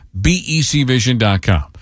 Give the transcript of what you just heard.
BECVision.com